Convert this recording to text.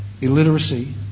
illiteracy